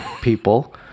people